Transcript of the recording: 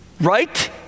Right